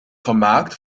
gemaakt